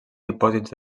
dipòsits